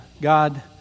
God